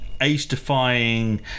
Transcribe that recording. age-defying